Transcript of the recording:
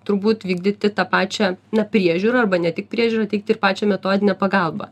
turbūt vykdyti tą pačią na priežiūrą arba ne tik priežiūrą teikti ir pačią metodinę pagalbą